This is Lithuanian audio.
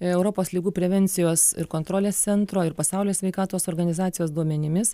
europos ligų prevencijos ir kontrolės centro ir pasaulio sveikatos organizacijos duomenimis